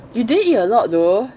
you didn't eat a lot though